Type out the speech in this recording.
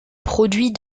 produit